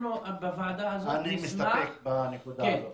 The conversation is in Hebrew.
אני אסתפק בנקודה הזאת.